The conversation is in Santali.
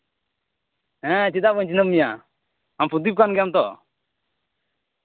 ᱦᱮᱸ ᱪᱮᱫᱟᱜ ᱵᱟᱹᱧ ᱪᱤᱱᱦᱟᱹᱯ ᱢᱮᱭᱟ ᱟᱢ ᱯᱨᱚᱫᱤᱯ ᱠᱟᱱ ᱜᱮᱭᱟᱢ ᱛᱚ